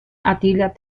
attila